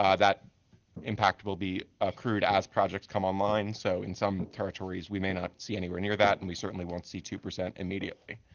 ah that impact will be accrued as projects come online, so in some territories we may not see anywhere near that and we certainly won't see near two percent immediately.